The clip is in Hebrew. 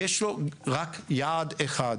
יש לו רק יעד אחד,